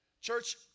Church